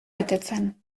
betetzen